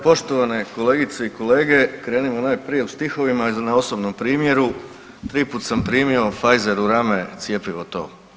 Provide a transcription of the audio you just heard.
Poštovane kolegice i kolege, krenimo najprije u stihovima na osobnom primjeru – tri puta sam primio Pfizer u rame cjepivo to.